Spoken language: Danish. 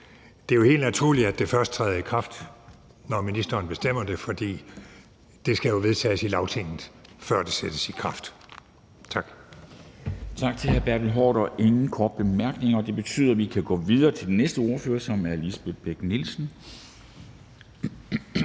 Det er jo helt naturligt, at det først træder i kraft, når ministeren bestemmer det, for det skal jo vedtages i Lagtinget, før det sættes i kraft. Tak. Kl. 11:07 Formanden (Henrik Dam Kristensen): Tak til hr. Bertel Haarder. Der er ingen korte bemærkninger, og det betyder, at vi kan gå videre til den næste ordfører, som er fru Lisbeth Bech-Nielsen,